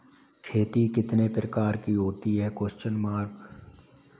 खेती कितने प्रकार की होती है?